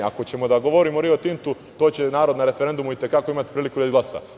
Ako ćemo da govorimo o "Rio Tintu", to će narod na referendumu i te kako imati prilike da izglasa.